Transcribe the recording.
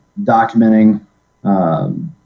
documenting